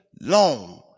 long